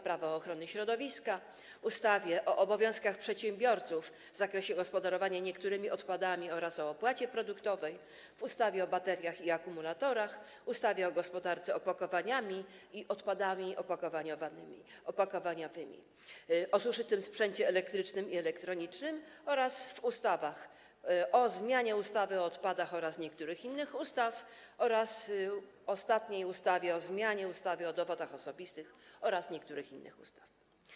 Prawo ochrony środowiska, ustawy o obowiązkach przedsiębiorców w zakresie gospodarowania niektórymi odpadami oraz o opłacie produktowej, ustawy o bateriach i akumulatorach, ustawy o gospodarce opakowaniami i odpadami opakowaniowymi, ustawy o zużytym sprzęcie elektrycznym i elektronicznym oraz ustawy o zmianie ustawy o odpadach oraz niektórych innych ustaw oraz do ostatniej ustawy o zmianie ustawy o dowodach osobistych oraz niektórych innych ustaw.